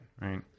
right